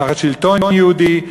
תחת שלטון יהודי.